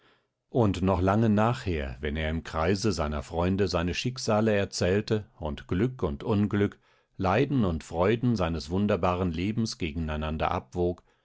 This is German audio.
und noch lange nachher wenn er im kreise seiner freunde seine schicksale erzählte und glück und unglück leiden und freuden seines wunderbaren lebens gegeneinander abwog